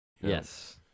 Yes